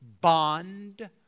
bond